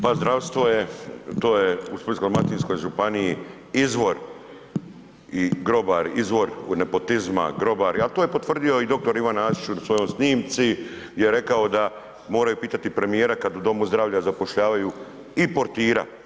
Pa zdravstvo je to je u Splitsko-dalmatinskoj županiji izvor i grobar izvor nepotizma grobar, ali to je potvrdio i doktor Ivan … u svojoj snimci gdje je rekao da moraju pitati premijera kada u domu zdravlja zapošljavaju i portira.